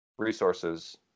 resources